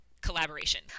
collaboration